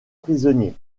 prisonnier